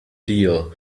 deal